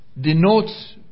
denotes